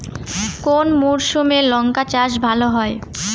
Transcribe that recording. কোন মরশুমে লঙ্কা চাষ ভালো হয়?